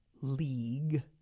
league